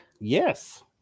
yes